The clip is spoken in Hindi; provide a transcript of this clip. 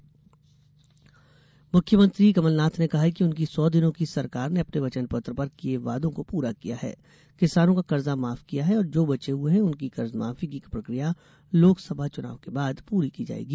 कमलनाथ सभा मुख्यमंत्री कमलनाथ ने कहा कि उनकी सौ दिनों की सरकार ने अपने वचनपत्र पर किये वादों को पूरा किया है किसानों का कर्जा माफ किया है और जो बचे हये हैं उनकी कर्जमाफी की प्रक्रिया लोकसभा चुनाव के बाद पूरी की जावेगी